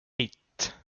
eight